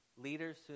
leaders